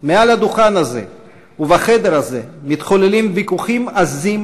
מעל הדוכן הזה ובחדר הזה מתחוללים ויכוחים עזים